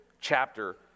chapter